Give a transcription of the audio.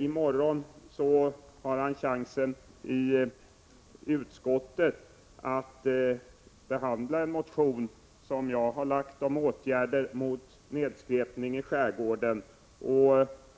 I morgon har han chansen att tillstyrka en motin som jag har väckt om åtgärder mot nedskräpning i skärgården.